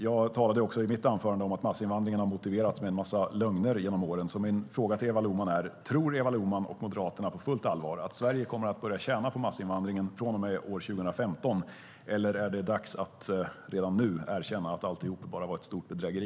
Jag talade också i mitt anförande om att massinvandringen har motiverats med en massa lögner genom åren, så min fråga till Eva Lohman är: Tror Eva Lohman, Moderaterna, på fullt allvar att Sverige kommer att börja tjäna på massinvandringen från och med år 2015, eller är det dags att redan nu erkänna att alltihop bara var ett stort bedrägeri?